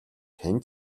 хэн